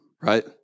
right